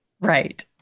Right